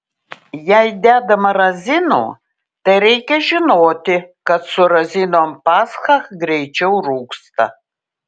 jei dedama razinų tai reikia žinoti kad su razinom pascha greičiau rūgsta